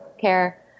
care